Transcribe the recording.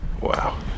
Wow